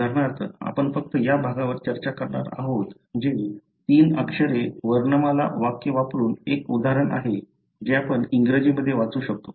उदाहरणार्थ आपण फक्त या भागावर चर्चा करणार आहोत जे तीन अक्षरे वर्णमाला वाक्य वापरून एक उदाहरण आहे जे आपण इंग्रजीमध्ये वाचू शकतो